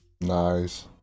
Nice